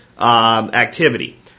activity